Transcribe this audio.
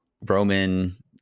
roman